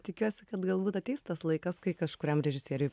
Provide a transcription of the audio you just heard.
tikiuosi kad galbūt ateis tas laikas kai kažkuriam režisieriui